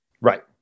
Right